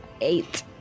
eight